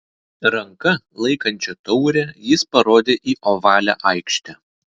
ranka laikančia taurę jis parodė į ovalią aikštę